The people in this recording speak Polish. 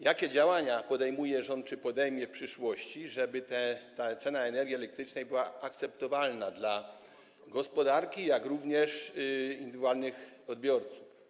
Jakie działania podejmuje czy podejmie w przyszłości rząd, żeby ta cena energii elektrycznej była akceptowalna zarówno dla gospodarki, jak i indywidualnych odbiorców?